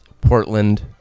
Portland